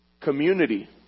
Community